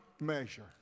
measure